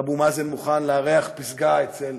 אבו מאזן מוכן לארח פסגה אצל